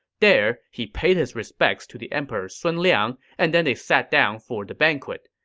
there, he paid his respects to the emperor sun liang and then they sat down for the banquet.